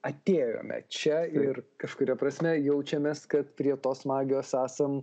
atėjome čia ir kažkuria prasme jaučiamės kad prie tos magijos esam